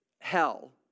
hell